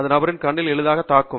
இது நபரின் கண்ணை எளிதில் தாக்கும்